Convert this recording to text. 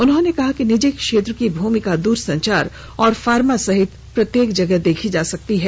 उन्होंने कहा कि निजी क्षेत्र की भूमिका दूरसंचार और फार्मा सहित प्रत्येक जगह देखी जा सकती है